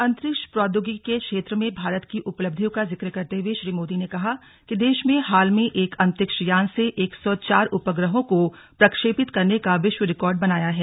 अंतरिक्ष प्रोद्योगिकी के क्षेत्र में भारत की उपलब्धियों का जिक्र करते हुए श्री मोदी ने कहा कि देश में हाल में एक अंतरिक्ष यान से एक सौ चार उपग्रहों को प्रक्षेपित करने का विश्व रिकॉर्ड बनाया है